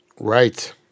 right